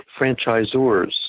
franchisors